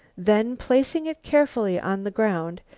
then, placing it carefully on the ground,